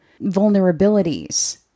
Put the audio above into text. vulnerabilities